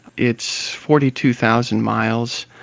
it's forty two thousand miles,